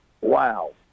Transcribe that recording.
Wow